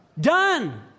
done